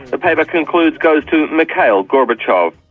the paper concludes, goes to mikhail gorbachev.